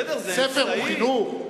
ספר הוא חינוך?